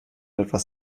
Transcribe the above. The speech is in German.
etwas